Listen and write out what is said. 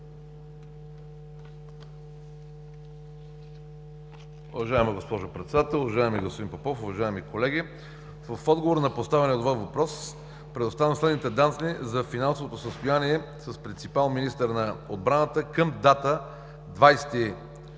Уважаема госпожо Председател, уважаеми господин Попов, уважаеми колеги! В отговор на поставения от Вас въпрос, предоставям следните данни за финансовото състояние с принципал министърът на отбраната към 20